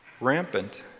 rampant